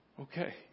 Okay